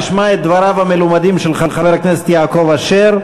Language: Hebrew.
שנשמע את דבריו המלומדים של חבר הכנסת יעקב אשר.